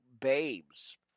babes